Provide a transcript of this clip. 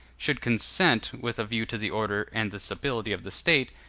should consent, with a view to the order and the stability of the state,